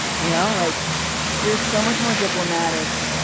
you know, like you're so much more diplomatic.